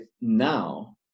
now